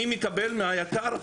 אני מקבל מהיק"ר,